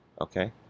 okay